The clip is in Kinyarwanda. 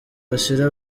bashir